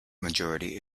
majority